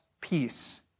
peace